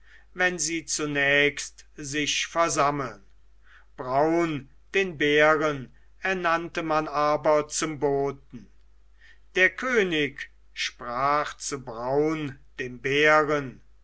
wenn sie zunächst sich versammeln braun den bären ernannte man aber zum boten der könig sprach zu braun dem bären